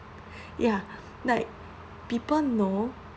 ya like people know